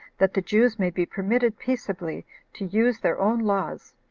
that the jews may be permitted peaceably to use their own laws,